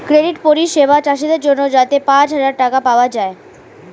credit পরিষেবা চাষীদের জন্যে যাতে পাঁচ হাজার টাকা পাওয়া যায়